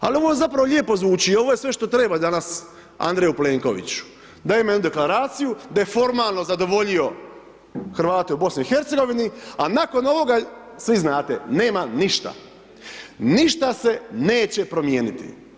Ali ovo zapravo lijepo zvuči, ovo je sve što treba danas Andreju Plenkoviću, da imaju oni Deklaraciju, da formalno zadovoljio Hrvate u BiH, a nakon ovoga, svi znate, nema ništa, ništa se neće promijeniti.